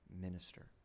Minister